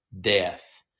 death